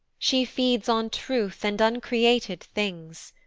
she feeds on truth and uncreated things.